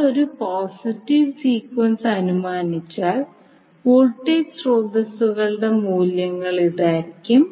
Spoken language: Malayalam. നമ്മൾ ഒരു പോസിറ്റീവ് സീക്വൻസ് അനുമാനിച്ചതിനാൽ വോൾട്ടേജ് സ്രോതസ്സുകളുടെ മൂല്യങ്ങൾ ഇതായിരിക്കും